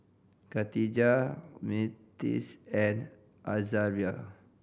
Kadijah Myrtis and Azaria